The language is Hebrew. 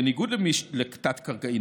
בניגוד לתת-קרקעי,